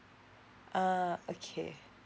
uh okay